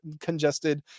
congested